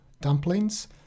dumplings